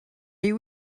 you